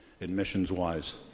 admissions-wise